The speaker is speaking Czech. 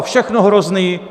Všechno hrozné!